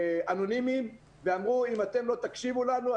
אנונימיים ואמרו שאם אתם לא תקשיבו לנו,